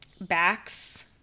Backs